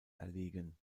erlegen